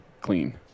clean